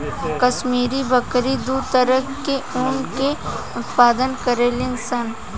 काश्मीरी बकरी दू तरह के ऊन के उत्पादन करेली सन